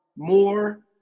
more